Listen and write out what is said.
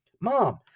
Mom